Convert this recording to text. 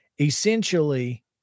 Essentially